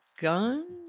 gun